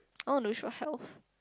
oh nurture health